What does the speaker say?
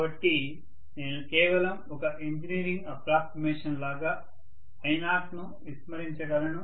కాబట్టి నేను కేవలం ఒక ఇంజనీరింగ్ అఫ్రాక్సిమేషన్ లాగా I0ను విస్మరించగలను